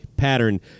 pattern